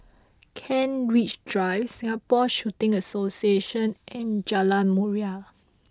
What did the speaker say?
Kent Ridge Drive Singapore Shooting Association and Jalan Murai